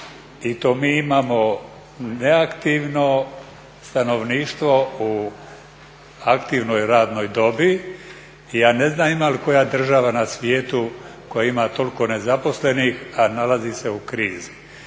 i to mi imamo neaktivno stanovništvo u aktivnoj radnoj dobi i ja ne znam ima li koja država na svijetu koja ima toliko nezaposlenih a nalazi se u krizi.